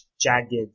jagged